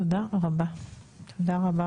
תודה רבה רבה.